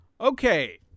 Okay